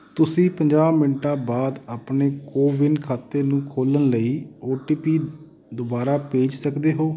ਤੁਸੀਂ ਪੰਜਾਹ ਮਿੰਟਾਂ ਬਾਅਦ ਆਪਣੇ ਕੋਵਿਨ ਖਾਤੇ ਨੂੰ ਖੋਲ੍ਹਣ ਲਈ ਓ ਟੀ ਪੀ ਦੁਬਾਰਾ ਭੇਜ ਸਕਦੇ ਹੋ